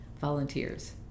Volunteers